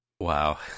Wow